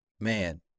man